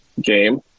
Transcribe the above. game